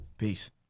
Peace